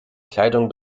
kleidung